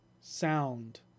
sound